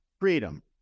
freedom